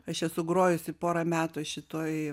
aš esu grojusi porą metų šitoj